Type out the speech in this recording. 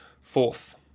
Fourth